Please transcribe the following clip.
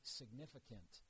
significant